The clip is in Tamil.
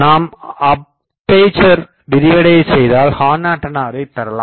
நாம் அப்பேசரை விரிவடையசெய்தால் ஹார்ன் ஆண்டனாவை பெறலாம்